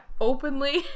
openly